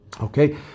Okay